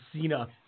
Cena